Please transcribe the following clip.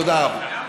תודה רבה.